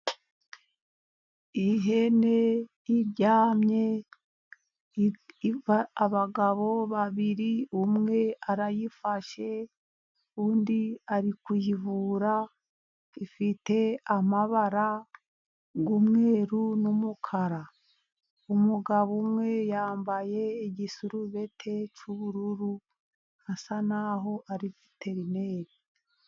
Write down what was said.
Ihene iryamye, abagabo babiri umwe arayifashe, undi ari kuyivura, ifite amabara y'umweru n'umukara. Umugabo umwe yambaye igisurubete cy'ubururu, asa n'aho ari veterineri.